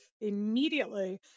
immediately